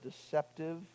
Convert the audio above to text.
deceptive